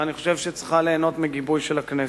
ואני חושב שהיא צריכה ליהנות מגיבוי של הכנסת.